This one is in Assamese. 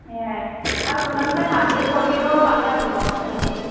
সেয়াই আৰু কোনোবা কোনোবাই ঠাৰ্ড গ্ৰেড ফ'ৰ্ড গ্ৰেডৰো পালে আৰু জ'ব সিহঁতিয়ো